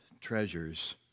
treasures